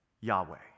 Yahweh